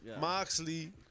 Moxley